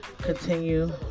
continue